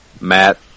Matt